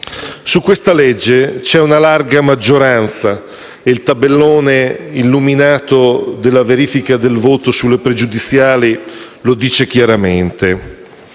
Su questa legge c'è una larga maggioranza - il tabellone illuminato per la controprova del voto sulle pregiudiziali lo ha mostrato chiaramente